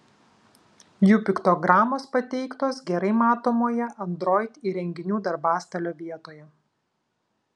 jų piktogramos pateiktos gerai matomoje android įrenginių darbastalio vietoje